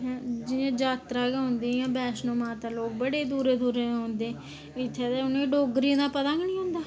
जि'यां जात्तरा गै औंदी वैष्णो माता लोक बड़े दूरा दूरा लोक औंदे ते इत्थें ते उ'नेंगी डोगरी दा पता निं होंदा